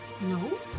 no